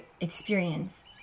experience